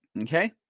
okay